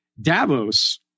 Davos